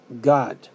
God